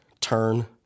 turn